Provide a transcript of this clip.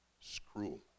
screw